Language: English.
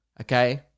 okay